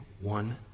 one